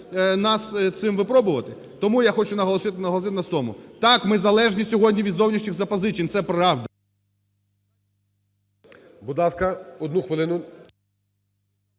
нас цим випробувати? Тому я хочу наголосити на тому: так, ми залежні сьогодні від зовнішніх запозичень, це правда... ГОЛОВУЮЧИЙ. Будь ласка, одну хвилину.